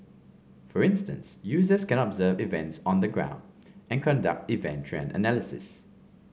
for instance users can observe events on the ground and conduct event trend analysis